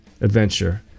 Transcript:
adventure